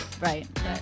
Right